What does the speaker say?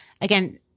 again